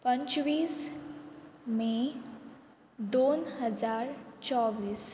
पंचवीस मे दोन हजार चोवीस